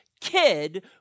kid